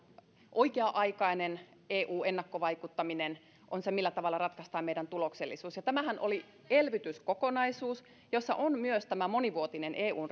oikea aikainen eu ennakkovaikuttaminen on se millä tavalla ratkaistaan meidän tuloksellisuus tämähän oli elvytyskokonaisuus jossa on myös tämä monivuotinen eun